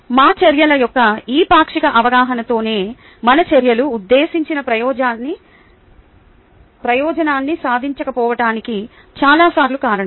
మా చర్యల యొక్క ఈ పాక్షిక అవగాహనతోనే మన చర్యలు ఉద్దేశించిన ప్రయోజనాన్ని సాధించకపోవటానికి చాలా సార్లు కారణం